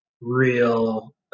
real